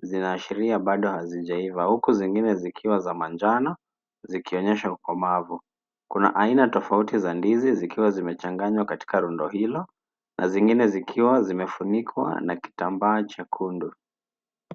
Zinaashiria bado hazijaiva huku zingine zikiwa za manjano zikionyesha ukomavu. Kuna aina tofauti za ndizi zikiwa zimechanganywa katika rundo hilo na zingine zikiwa zimefunikwa na kitambaa chekundu.